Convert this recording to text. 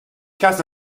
kas